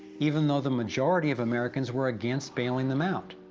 even though the majority of americans were against bailing them out?